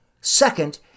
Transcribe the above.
Second